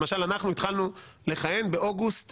למשל אנחנו התחלנו לכהן באוגוסט